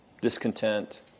discontent